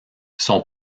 son